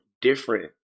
different